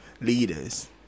leaders